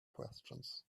questions